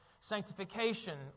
sanctification